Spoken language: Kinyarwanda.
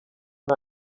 nta